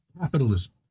Capitalism